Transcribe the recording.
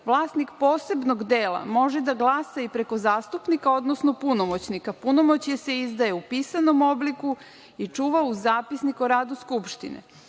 „Vlasnik posebnog dela može da glasa i preko zastupnika, odnosno punomoćnika, a punomoćje se izdaje u pisanom obliku i čuva u zapisniku o radu skupštine.